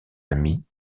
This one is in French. amis